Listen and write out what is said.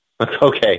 Okay